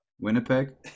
Winnipeg